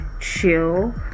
chill